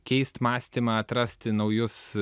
keist mąstymą atrasti naujus